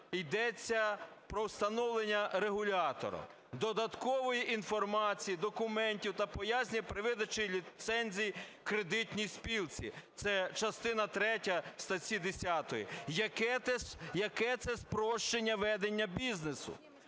йдеться про встановлення регулятором додаткової інформації, документів та пояснень при видачі ліцензій кредитній спілці (це частина третя статті 10). Яке це спрощення ведення бізнесу?